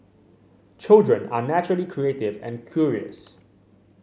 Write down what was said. children are naturally creative and curious